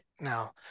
Now